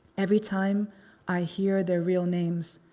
every time i hear their real names,